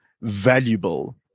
valuable